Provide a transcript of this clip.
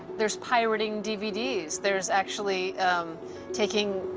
there's pirating dvds. there's actually taking,